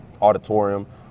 auditorium